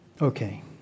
Okay